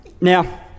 now